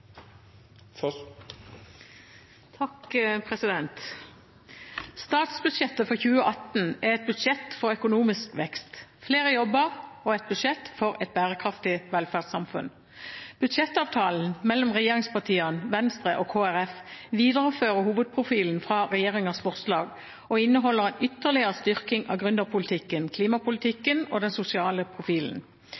Statsbudsjettet for 2018 er et budsjett for økonomisk vekst, flere jobber og et budsjett for et bærekraftig velferdssamfunn. Budsjettavtalen mellom regjeringspartiene, Venstre og Kristelig Folkeparti viderefører hovedprofilen fra regjeringens forslag og inneholder en ytterligere styrking av